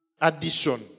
addition